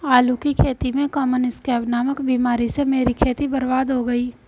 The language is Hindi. आलू की खेती में कॉमन स्कैब नामक बीमारी से मेरी खेती बर्बाद हो गई